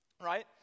Right